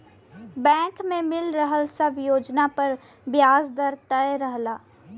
bank में मिल रहल सब योजना पर ब्याज दर तय रहला